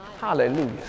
hallelujah